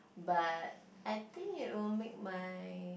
but I think it will make my